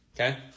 Okay